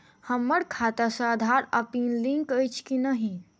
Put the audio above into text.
हम्मर खाता सऽ आधार आ पानि लिंक अछि की नहि?